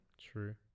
true